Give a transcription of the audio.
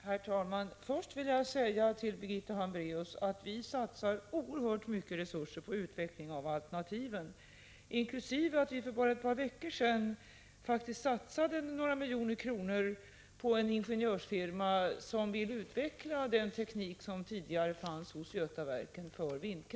Herr talman! Jag vill börja med att säga till Birgitta Hambraeus att vi satsar oerhört mycket resurser på utveckling av alternativen, inkl. att vi för bara ett par veckor sedan faktiskt satsade några miljoner kronor på en ingenjörsfirma som vill utveckla den teknik för vindkraft som tidigare fanns hos Götaverken.